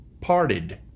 parted